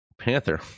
Panther